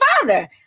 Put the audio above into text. father